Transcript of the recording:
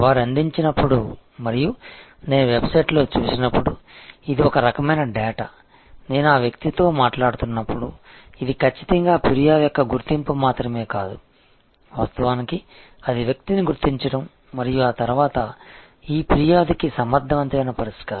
వారు అందించినప్పుడు మరియు నేను వెబ్సైట్లో చూసినప్పుడు ఇది ఒక రకమైన డేటా నేను ఆ వ్యక్తితో మాట్లాడుతున్నప్పుడు ఇది ఖచ్చితంగా ఫిర్యాదు యొక్క గుర్తింపు మాత్రమే కాదు వాస్తవానికి అది వ్యక్తిని గుర్తించడం మరియు తరువాత ఈ ఫిర్యాదుకి సమర్ధవంతమైన పరిష్కారం